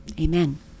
amen